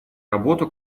работу